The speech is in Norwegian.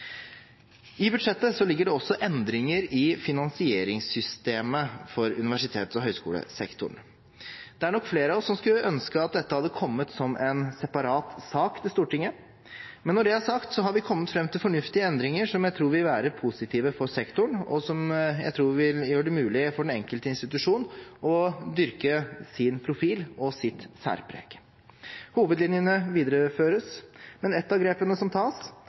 I budsjettet ligger det også endringer i finansieringssystemet for universitets- og høyskolesektoren. Det er nok flere av oss som kunne ønsket at dette hadde kommet som en separat sak til Stortinget, men når det er sagt, har vi kommet fram til fornuftige endringer som jeg tror vil være positive for sektoren, og som jeg tror vil gjøre det mulig for den enkelte institusjon å dyrke sin profil og sitt særpreg. Hovedlinjene videreføres, men ett av grepene som tas,